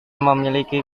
memiliki